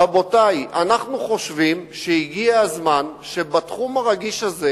רבותי, אנחנו חושבים שהגיע הזמן שבתחום הרגיש הזה,